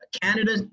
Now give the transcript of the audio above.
Canada